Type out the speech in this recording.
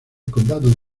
condado